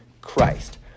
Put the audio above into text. Christ